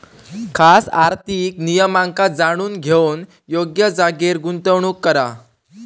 खास आर्थिक नियमांका जाणून घेऊन योग्य जागेर गुंतवणूक करा